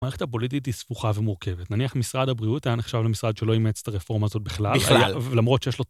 המערכת הפוליטית היא ספוכה ומורכבת. נניח משרד הבריאות היה נחשב למשרד שלא אמץ את הרפורמה הזאת בכלל. בכלל. למרות שיש לו...